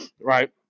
Right